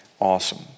Awesome